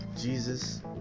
Jesus